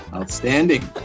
Outstanding